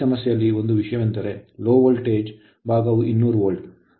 ಈ ಸಮಸ್ಯೆಯಲ್ಲಿ ಒಂದು ವಿಷಯವೆಂದರೆ low voltage ಕಡಿಮೆ ವೋಲ್ಟೇಜ್ ಭಾಗವು 200 volt ವೋಲ್ಟ್ ಆಗಿದೆ